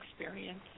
experience